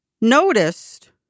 noticed